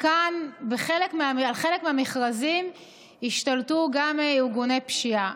בחלק מהמכרזים השתלטו עליהם גם ארגוני פשיעה.